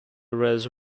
res